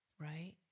right